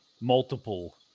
multiple